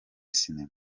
sinema